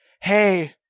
Hey